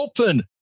open